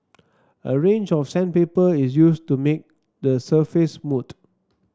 a range of sandpaper is used to make the surface moot